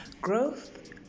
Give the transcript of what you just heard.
growth